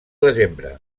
desembre